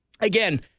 again